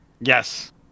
yes